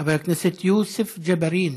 חבר הכנסת יוסף ג'בארין,